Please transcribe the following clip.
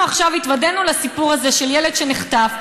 עכשיו התוודענו לסיפור הזה של ילד שנחטף,